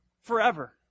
forever